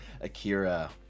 akira